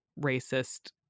racist